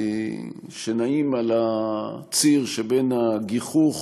דברים שנעים על הציר שבין הגיחוך